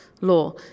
law